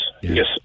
yes